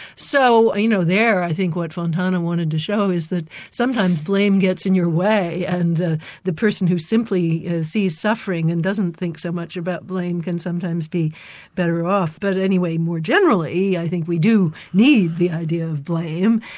so you know, there i think what fontane wanted to show is that sometimes blame gets in your way and the the person who simply sees suffering and doesn't think so much about blame can sometimes be better off. but anyway more generally, i think we do need the idea of blame.